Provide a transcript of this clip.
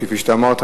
כפי שאמרת,